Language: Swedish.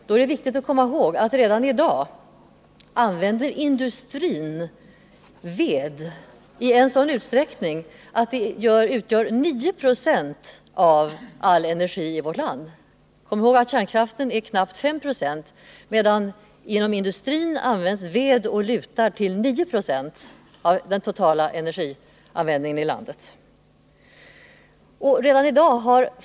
Då är det viktigt att komma ihåg att redan i dag använder industrin ved och lutar i en sådan utsträckning att det motsvarar 9 26 av all energiförbrukning i vårt land, medan kärnkraften svarar för knappt 5 96.